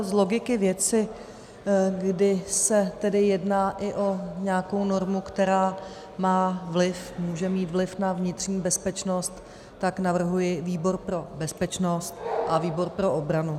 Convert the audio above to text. Z logiky věci, kdy se tedy jedná i o nějakou normu, která má vliv, může mít vliv na vnitřní bezpečnost, tak navrhuji výbor pro bezpečnost a výbor pro obranu.